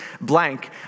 blank